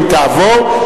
אם תעבור,